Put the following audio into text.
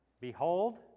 Behold